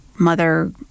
mother